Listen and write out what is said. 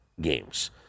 games